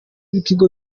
b’ibigo